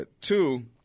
two